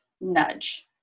nudge